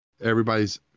everybody's